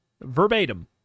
verbatim